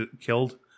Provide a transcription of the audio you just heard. killed